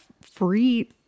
free